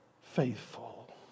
faithful